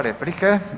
Replike.